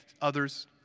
others